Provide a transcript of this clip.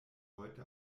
heute